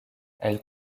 elle